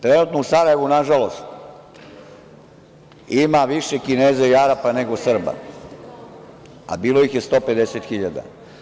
Trenutno u Sarajevu, nažalost, ima više Kineza i Arapa nego Srba, a bilo ih je 150 hiljada.